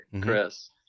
Chris